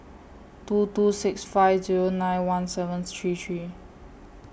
two two six five Zero nine one seven three three